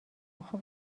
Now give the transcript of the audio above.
اخه